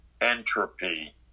entropy